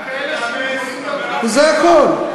זה הכול.